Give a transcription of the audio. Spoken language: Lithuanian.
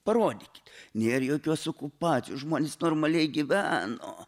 parodykit nėr jokios okupacijos žmonės normaliai gyveno